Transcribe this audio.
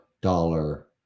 dollar